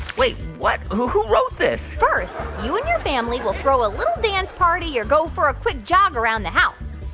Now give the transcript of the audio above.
wait what? who who wrote this? first, you and your family will throw a little dance party or go for a quick jog around the house.